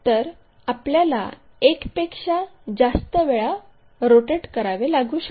तर आपल्याला एक पेक्षा जास्त वेळा रोटेट करावे लागू शकते